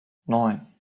neun